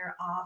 off